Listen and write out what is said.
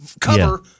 cover